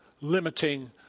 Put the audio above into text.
limiting